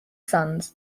sons